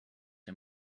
der